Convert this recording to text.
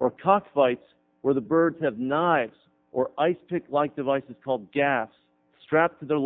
or cock fights where the birds have knives or ice pick like devices called gas strapped to their